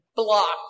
blocked